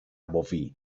boví